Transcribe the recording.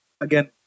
again